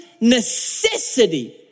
Necessity